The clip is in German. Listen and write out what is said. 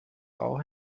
auch